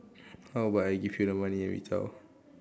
how about I give you the money and we zao